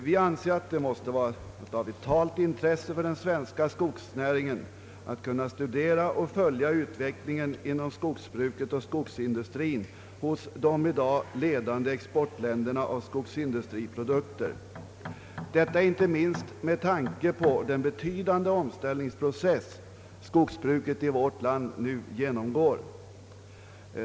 Vi anser att det måste vara av vitalt intresse för den svenska skogsnäringen att kunna studera och följa utvecklingen inom skogsbruket och skogsindustrin hos de i dag ledande nationerna när det gäller export av skogsindustriprodukter, detta inte minst med tanke på den betydande <omställningsprocess som skogsbruket i vårt land nu genomgår.